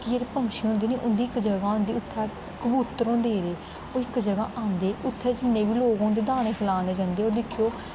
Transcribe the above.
कि जेह्ड़े पंक्षी होंदे निं उं'दी इक जगह् होंदी उत्थैं कबूतर होंदे जेह्ड़े ओह् इक जगह् आंदे उत्थें जिन्ने बी लोक होंदे दाने खलाने गी जंदे ओह् दिक्खेओ